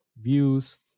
views